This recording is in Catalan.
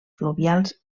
fluvials